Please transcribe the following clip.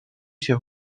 się